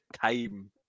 time